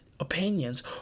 opinions